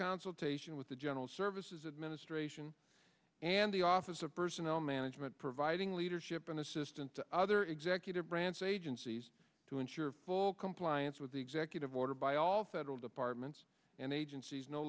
consultation with the general services administration and the office of personnel management providing leadership and assistant to other executive branch agencies to ensure full compliance with the executive order by all federal departments and agencies no